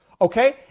okay